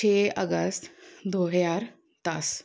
ਛੇ ਅਗਸਤ ਦੋ ਹਜ਼ਾਰ ਦਸ